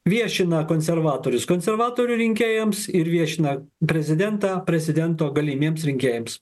viešina konservatorius konservatorių rinkėjams ir viešina prezidentą prezidento galimiems rinkėjams